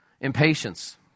Impatience